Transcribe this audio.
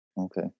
Okay